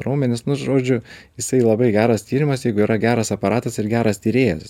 raumenis nu žodžiu jisai labai geras tyrimas jeigu yra geras aparatas ir geras tyrėjas